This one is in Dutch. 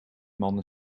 mannen